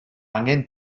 angen